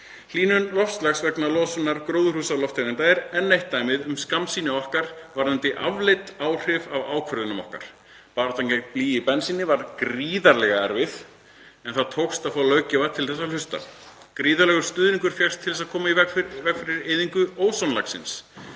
Hlýnun loftslags vegna losunar gróðurhúsalofttegunda er enn eitt dæmið um skammsýni okkar varðandi afleidd áhrif af ákvörðunum okkar. Baráttan gegn blýi í bensíni var gríðarlega erfið, en það tókst að fá löggjafa til þess að hlusta. Gríðarlegur stuðningur fékkst til þess að koma í veg fyrir eyðingu ósonlagsins,